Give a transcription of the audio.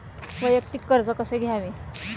वैयक्तिक कर्ज कसे घ्यावे?